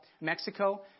Mexico